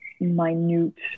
minute